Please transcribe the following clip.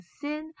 Sin